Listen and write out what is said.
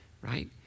right